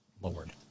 Lord